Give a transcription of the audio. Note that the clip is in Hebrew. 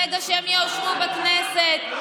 ברגע שהם יאושרו בכנסת.